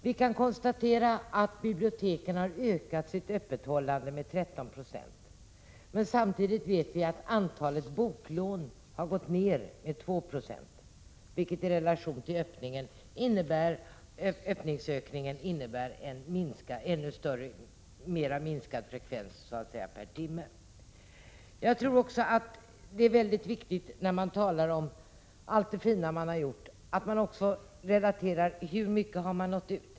Vi kan konstatera att biblioteken har ökat sitt öppethållande med 13 96. Men samtidigt vet vi att antalet boklån har gått ned med 2 96. Satt i relation till det ökade öppethållandet innebär detta att frekvensen lån per timme har minskat ännu mer. Det är mycket viktig att man, när man talar om allt det fina man har gjort, också relaterar till hur mycket man har nått ut.